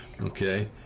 okay